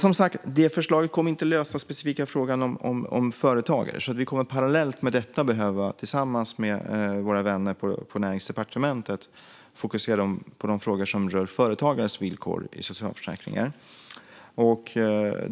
Som sagt, det förslaget kommer inte att lösa den specifika frågan om företagare. Vi kommer alltså parallellt med detta att tillsammans med våra vänner på Näringsdepartementet fokusera på de frågor som rör företagares villkor i socialförsäkringen.